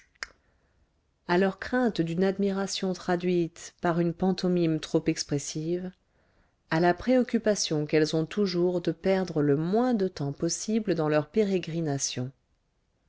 à leur crainte d'une admiration traduite par une pantomime trop expressive à la préoccupation qu'elles ont toujours de perdre le moins de temps possible dans leurs pérégrinations